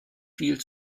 viel